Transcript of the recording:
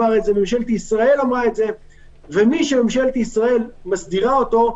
ממשלת ישראל אמרה את זה ומי שממשלת ישראל מסדירה אותו,